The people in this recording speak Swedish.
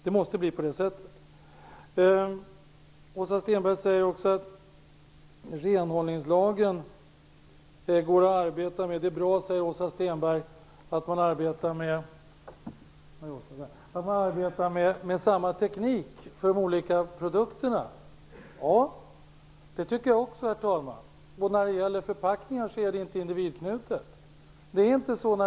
Det måste bli på det viset. Åsa Stenberg säger också att det går att arbeta med renhållningslagen och att det är bra att man arbetar med samma teknik för de olika produkterna. Det tycker jag också, herr talman. Men när det gäller förpackningar är ansvaret inte knutet till individen.